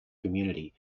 community